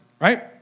right